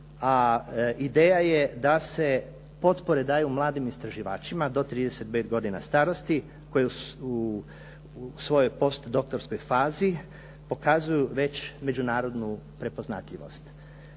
a ideja je da se potpore daju mladim istraživačima do 35 godina starosti koji u svojoj postdoktorskoj fazi pokazuju već međunarodnu prepoznatljivost.